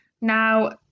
Now